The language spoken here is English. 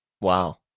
wow